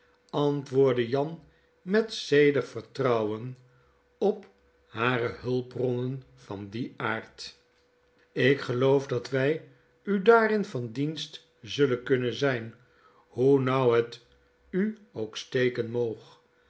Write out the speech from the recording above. antwoordde jan met zedig vertrouwen op hare hulpbronnen van dien aard ik geloof dat wij u daarin van dienst zullen kunnen zijn hoe nauw het u ook steken moog